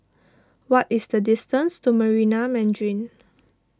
what is the distance to Marina Mandarin